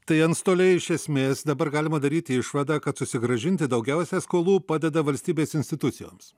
tai antstoliai iš esmės dabar galima daryti išvadą kad susigrąžinti daugiausia skolų padeda valstybės institucijoms